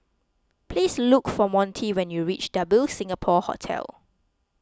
please look for Montie when you reach Double Singapore Hotel